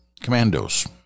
Commandos